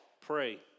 pray